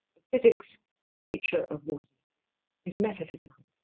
physics or nature of water is metaphysical